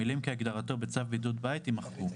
המילים "כהגדרתו בצו בידוד בית" יימחקו.